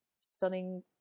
stunning